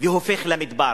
והופך למדבר.